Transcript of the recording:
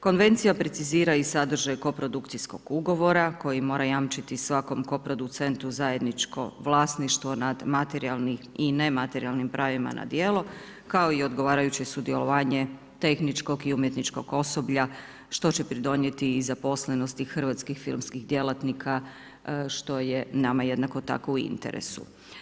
Konvencija precizira i sadržaj koprodukcijskog ugovora koji mora jamčiti svakom koproducentu zajedničko vlasništvo nad materijalnim i nematerijalnim pravima na djelo kao i odgovarajuće sudjelovanje tehničkog i umjetničkog osoblja što će pridonijeti zaposlenost i hrvatskih filmskih djelatnika što je nama jednako tako u interesu.